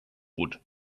wood